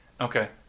Okay